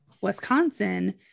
Wisconsin